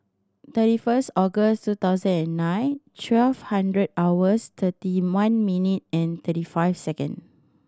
thirty first August two thousand and nine twelve hundred hours thirty one minute and thirty five second